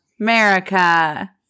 America